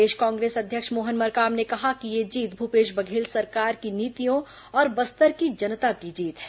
प्रदेश Congress अध्यक्ष मोहन मरकाम ने कहा कि यह जीत भूपेश बघेल सरकार की नीतियों और बस्तर की जनता की जीत है